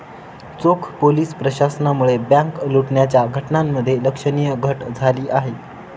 चोख पोलीस प्रशासनामुळे बँक लुटण्याच्या घटनांमध्ये लक्षणीय घट झाली आहे